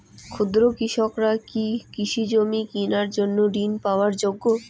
ক্ষুদ্র কৃষকরা কি কৃষিজমি কিনার জন্য ঋণ পাওয়ার যোগ্য?